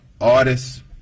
artists